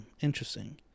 interesting